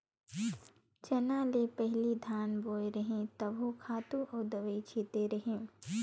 चना ले पहिली धान बोय रेहेव तभो खातू अउ दवई छिते रेहेव